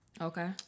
Okay